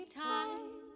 time